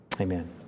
Amen